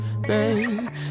babe